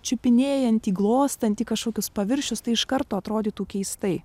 čiupinėjantį glostantį kažkokius paviršius tai iš karto atrodytų keistai